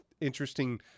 interesting